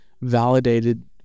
validated